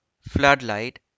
Floodlight